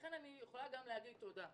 לכן אני יכולה לומר תודה.